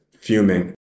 fuming